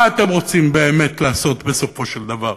מה אתם רוצים באמת לעשות בסופו של דבר,